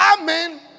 Amen